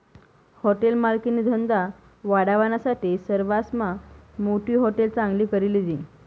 hotel मालकनी धंदा वाढावानासाठे सरवासमा मोठी हाटेल चांगली करी लिधी